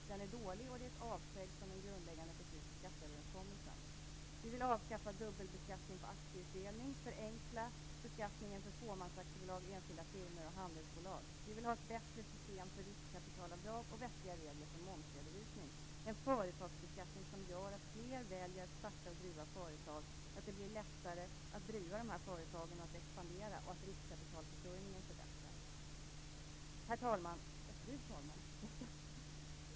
Den är dålig och innebär ett avsteg från en grundläggande princip i skatteöverenskommelsen. Vi vill avskaffa dubbelbeskattningen på aktieutdelning och förenkla beskattningen för fåmansaktiebolag, enskilda firmor och handelsbolag. Vi vill ha ett bättre system för riskkapitalavdrag och vettiga regler för momsredovisning. Vi vill således ha en företagsbeskattning som gör att fler väljer att starta och driva företag så att det blir lättare att driva de här företagen och att expandera samt att riskkapitalförsörjningen förbättras. Fru talman!